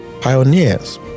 Pioneers